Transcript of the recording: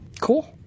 Cool